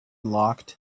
locked